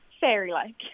Fairy-like